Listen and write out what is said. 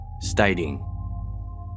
stating